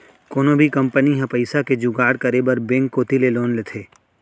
कोनो भी कंपनी ह पइसा के जुगाड़ करे बर बेंक कोती ले लोन लेथे